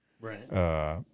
right